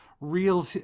real